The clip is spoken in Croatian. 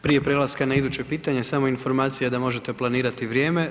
Prije prelaska na iduće pitanje samo informacija da možete planirati vrijeme.